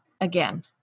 again